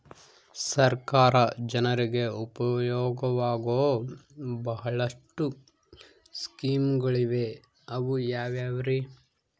ಸರ್ಕಾರ ಜನರಿಗೆ ಉಪಯೋಗವಾಗೋ ಬಹಳಷ್ಟು ಸ್ಕೇಮುಗಳಿವೆ ಅವು ಯಾವ್ಯಾವ್ರಿ?